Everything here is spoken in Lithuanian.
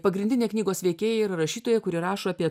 pagrindinė knygos veikėja yra rašytoja kuri rašo apie